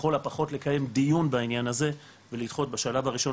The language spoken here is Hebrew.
לכל הפחות לקיים דיון בעניין הזה ולדחות בשלב הראשון